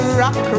rock